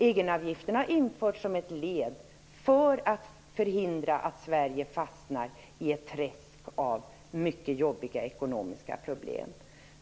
De har införts som ett led i att förhindra att Sverige fastnar i ett träsk av mycket jobbiga ekonomiska problem.